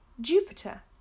Jupiter